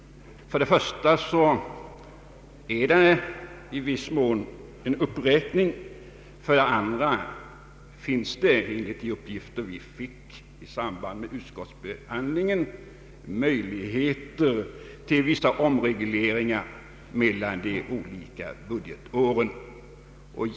För det första har det i viss mån skett en uppräkning. För det andra finns det enligt de uppgifter vi fick i samband med utskottsbehandlingen möjligheter till vissa omregleringar mellan de olika budgetåren.